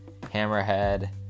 hammerhead